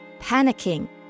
Panicking